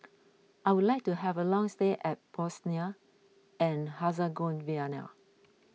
I would like to have a long stay at Bosnia and Herzegovina